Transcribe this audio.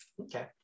Okay